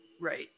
Right